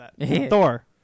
Thor